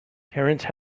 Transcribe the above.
terrence